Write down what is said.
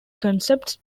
concepts